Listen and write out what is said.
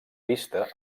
vista